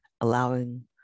allowing